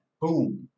Boom